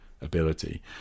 ability